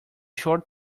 short